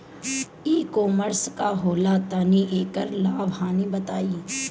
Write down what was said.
ई कॉमर्स का होला तनि एकर लाभ हानि बताई?